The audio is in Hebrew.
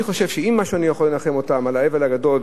אני חושב שאם אני יכול במשהו לנחם אותן על האבל הגדול,